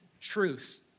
truth